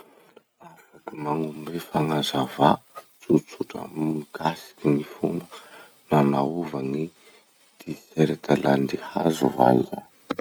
Afaky magnome fagnazavà tsotsotra mikasiky nanaova gny t-shirt landy hazo va iha?